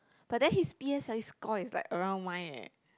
but then his p_s_l_e score is like around mine eh